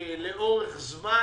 לאורך זמן